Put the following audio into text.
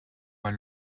were